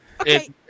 Okay